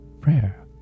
prayer